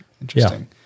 Interesting